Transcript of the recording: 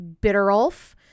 Bitterolf